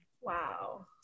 Wow